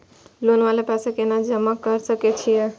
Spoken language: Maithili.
लोन वाला पैसा केना जमा कर सके छीये?